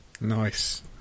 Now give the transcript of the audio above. Nice